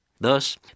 Thus